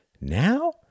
Now